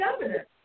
governor